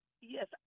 yes